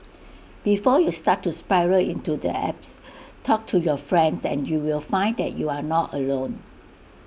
before you start to spiral into the abyss talk to your friends and you'll find that you are not alone